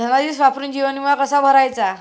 धनादेश वापरून जीवन विमा कसा भरायचा?